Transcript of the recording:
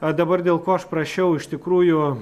o dabar dėl ko aš prašiau iš tikrųjų